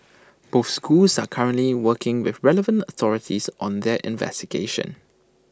both schools are currently working with relevant authorities on their investigations